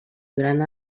durant